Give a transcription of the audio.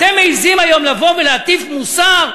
אתם מעזים היום לבוא ולהטיף מוסר?